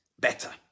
better